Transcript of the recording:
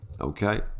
okay